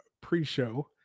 pre-show